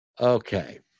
Okay